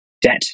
debt